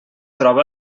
troba